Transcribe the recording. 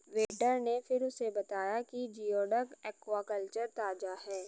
waiter ने फिर उसे बताया कि जिओडक एक्वाकल्चर ताजा है